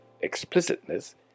explicitness